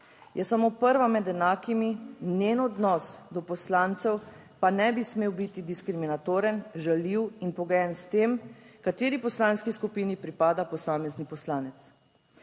Je samo prva med enakimi. Njen odnos do poslancev pa ne bi smel biti diskriminatoren, žaljiv in pogojen s tem, kateri poslanski skupini pripada posamezni poslanec.